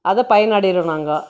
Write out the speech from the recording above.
அதை பயனடைகிறோம் நாங்க